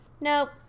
Nope